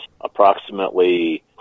Approximately